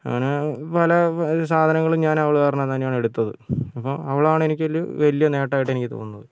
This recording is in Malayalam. അങ്ങനെ പല സാധനങ്ങളും ഞാൻ അവള് കാരണം തന്നെയാണ് എടുത്തത് അപ്പോൾ അവളാണ് എനിക്കൊരു വലിയ നേട്ടമായിട്ട് എനിക്ക് തോന്നുന്നത്